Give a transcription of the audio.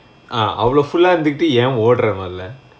ah அவளோ:avalo full ah இருந்துகிட்டு ஏன் ஓடுற மொதல்ல:irunthukittu yaen odura mothalla